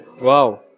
Wow